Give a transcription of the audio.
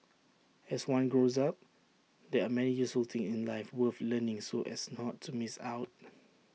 as one grows up there are many useful things in life worth learning so as not to miss out